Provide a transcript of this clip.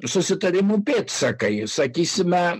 susitarimų pėdsakai sakysime